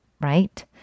Right